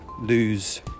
lose